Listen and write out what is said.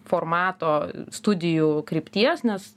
formato studijų krypties nes